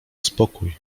spokój